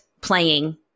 playing